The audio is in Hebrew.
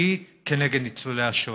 שיטתי נגד ניצולי השואה.